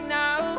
now